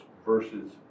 versus